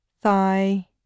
thigh